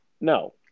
No